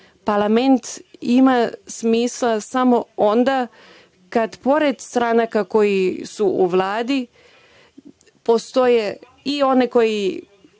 parlament ima smisla samo onda kada pored stranaka koje su u Vladi postoje i one koje